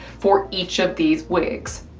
for each of these wigs.